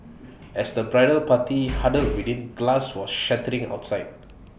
as the bridal party huddled within glass was shattering outside